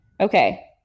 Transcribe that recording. Okay